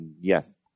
Yes